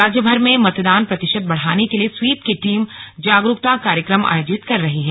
राज्यभर में मतदान प्रतिशत बढ़ाने के लिए स्वीप की टीम जागरुकता कार्यक्रम आयोजित कर रही है